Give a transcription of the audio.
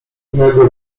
nego